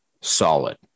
solid